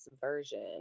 version